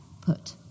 put